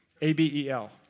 A-B-E-L